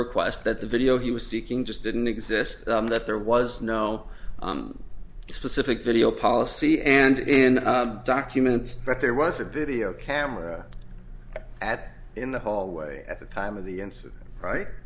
request that the video he was seeking just didn't exist that there was no specific video policy and in documents but there was a video camera at in the hallway at the time of the incident right